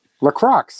LaCroix